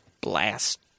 Blast